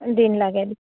দিন লাগে